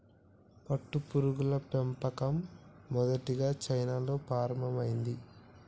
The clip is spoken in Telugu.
పట్టుపురుగుల పెంపకం మొదటిగా చైనాలో ప్రారంభమైంది